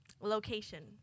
location